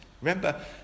Remember